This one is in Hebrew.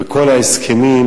וכל ההסכמים,